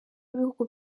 y’ibihugu